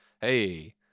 Hey